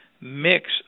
mix